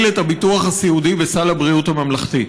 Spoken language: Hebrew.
את הביטוח הסיעודי בסל הבריאות הממלכתי.